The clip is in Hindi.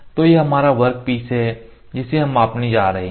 तो यह हमारा वर्कपीस है जिसे हम मापने जा रहे हैं